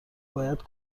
باید